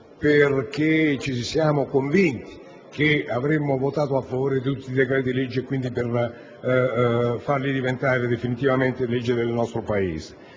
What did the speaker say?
perché ci siamo convinti di votare a favore di tutti i decreti-legge presentati per farli diventare definitivamente legge del nostro Paese.